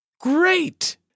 Great